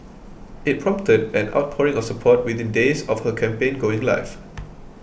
it prompted an outpouring of support within days of her campaign going live